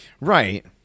Right